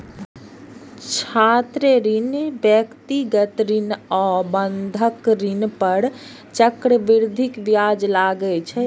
छात्र ऋण, व्यक्तिगत ऋण आ बंधक ऋण पर चक्रवृद्धि ब्याज लागै छै